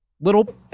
little